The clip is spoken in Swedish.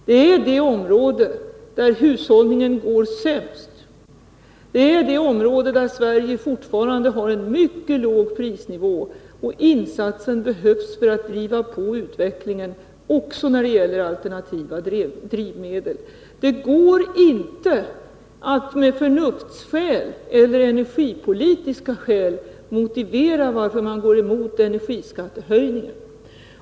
Det är det område där hushållningen går sämst, det område där Sverige fortfarande har en mycket låg prisnivå, och insatsen behövs för att driva på utvecklingen också när det gäller alternativa drivmedel. Det går inte att med förnuftsskäl eller energipolitiska skäl motivera varför man går emot energiskattehöjningen.